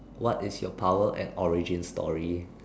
what is your power and origin story